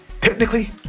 technically